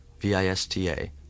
V-I-S-T-A